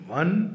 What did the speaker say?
one